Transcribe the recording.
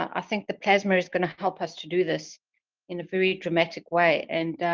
i think the plasma is gonna help us to do this in a very dramatic way and.